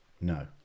No